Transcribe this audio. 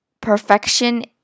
perfection